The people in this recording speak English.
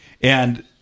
And-